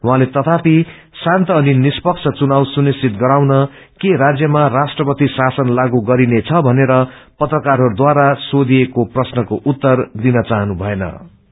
उहाँले तथापि शान्त अनि निष्पक्ष चुनाव सुनिश्चितम गराउन के राज्यमा राष्ट्रपति शासन लागू गरिनेछ भनेर पत्रकारहरू बारा सोषिएको प्रश्नको उत्त दिन चाहेनन्